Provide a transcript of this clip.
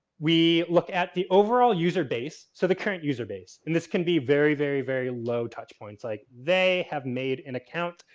we look at the overall user base, so the current user base, and this can be very very very low touch points like they have made an account,